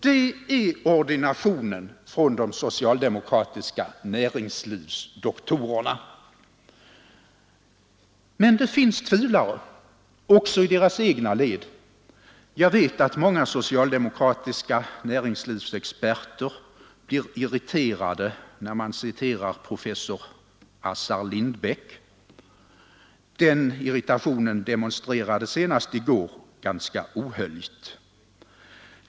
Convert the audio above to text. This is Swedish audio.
Det är ordinationen från de socialdemokratiska näringslivsdoktorerna. Men det finns tvivlare också i deras egna led. Jag vet att många socialdemokratiska näringslivsexperter blir irriterade när man citerar professor Assar Lindbeck. Den irritationen demonstrerades senast i går ganska ohöljt.